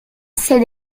ces